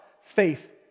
faith